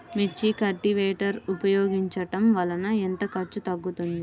మిర్చి కల్టీవేటర్ ఉపయోగించటం వలన ఎంత ఖర్చు తగ్గుతుంది?